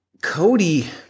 Cody